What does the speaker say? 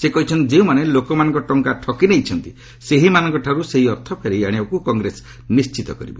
ସେ କହିଛନ୍ତି ଯେଉଁମାନେ ଲୋକମାନଙ୍କ ଟଙ୍କା ଠକି ନେଇଛନ୍ତି ସେହିମାନଙ୍କଠାରୁ ସେହି ଅର୍ଥ ଫେରାଇ ଆଣିବାକୁ କଂଗ୍ରେସ ନିଶ୍ଚିତ କରିବ